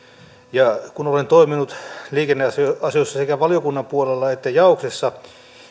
ja kun olen toiminut liikenneasioissa sekä valiokunnan puolella että jaoksessa